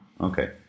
Okay